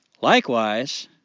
Likewise